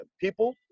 people